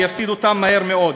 ויפסיד אותן מהר מאוד.